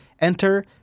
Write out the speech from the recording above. enter